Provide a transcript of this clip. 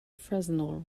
fresnel